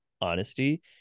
honesty